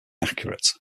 inaccurate